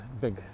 big